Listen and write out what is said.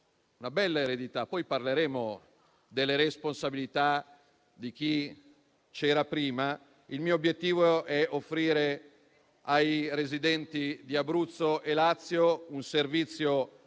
una bella eredità; poi parleremo delle responsabilità di chi c'era prima. Il mio obiettivo è offrire ai residenti di Abruzzo e Lazio un servizio